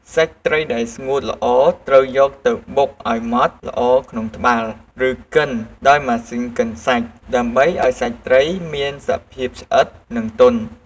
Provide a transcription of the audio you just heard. សាច់ត្រីដែលស្ងួតល្អត្រូវយកទៅបុកឱ្យម៉ត់ល្អក្នុងត្បាល់ ឬកិនដោយម៉ាស៊ីនកិនសាច់ ដើម្បីឱ្យសាច់ត្រីមានសភាពស្អិត និងទន់។